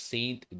Saint